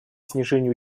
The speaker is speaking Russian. снижению